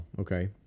okay